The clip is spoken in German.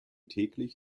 täglich